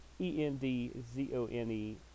E-N-D-Z-O-N-E